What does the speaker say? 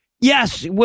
Yes